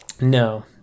No